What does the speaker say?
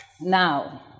Now